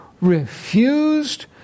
refused